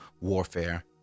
warfare